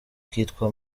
kitwa